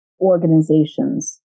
organizations